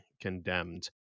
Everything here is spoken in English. condemned